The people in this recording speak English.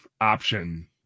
option